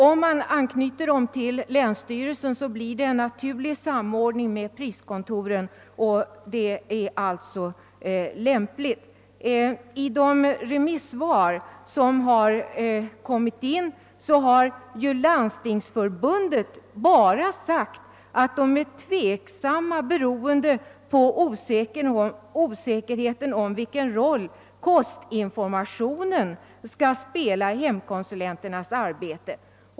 Om vi knyter dem till länsstyrelserna blir det en naturlig samordning med priskontoren, och det är ett skäl för länsstyrelsen. I de remissvar som har lämnats har Svenska landstingsförbundet bara sagt sig vara tveksam i huvudmannafrågan på grund av osäkerheten om vilken roll kostinformationen skall spela i hemkonsulenternas arbete.